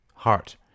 heart